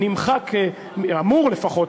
אמור לפחות,